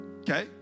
Okay